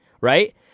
right